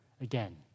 again